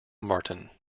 martin